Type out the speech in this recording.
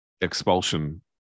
expulsion